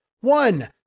One